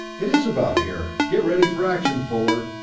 it is about here! get ready for action, fuller.